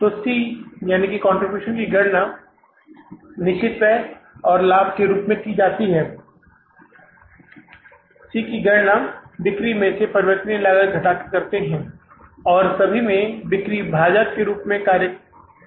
तो C की गणना निश्चित व्यय और लाभ के रूप में की जा सकती है C की गणना बिक्री में से परिवर्तनीय लागत घटाकर करते है और सभी में बिक्री भाजक के रूप में सामान है